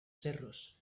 cerros